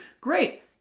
great